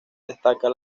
destaca